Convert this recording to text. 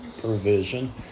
provision